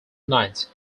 nights